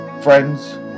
Friends